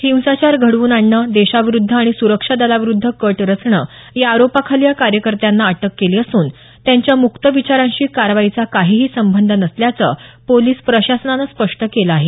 हिंसाचार घडवून आणणं देशाविरुद्ध आणि सुरक्षा दलाविरुद्ध कट रचणं या आरोपाखाली या कार्यकर्त्यांना अटक केली असून त्यांच्या मुक्त विचारांशी कारवाईचा काहीही संबंध नसल्याचं पोलिस प्रशासनानं स्पष्ट केलं आहे